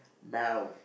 now